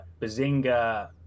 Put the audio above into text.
Bazinga